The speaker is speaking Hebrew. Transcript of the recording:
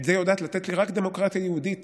את זה יודעת לתת לי רק דמוקרטיה יהודית